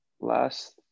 last